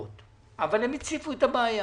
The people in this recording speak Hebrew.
למה אני צריך לתת ציונים?